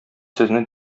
сезне